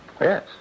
Yes